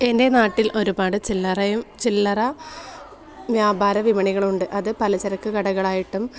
എൻ്റെ നാട്ടിൽ ഒരുപാട് ചില്ലറയും ചില്ലറ വ്യാപാര വിപണികളുണ്ട് അത് പലചരക്കുകടകളായിട്ടും